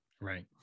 Right